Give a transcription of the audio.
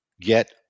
get